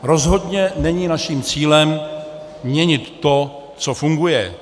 Rozhodně není naším cílem měnit to, co funguje.